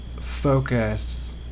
focus